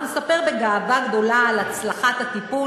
והוא מספר בגאווה גדולה על הצלחת הטיפול.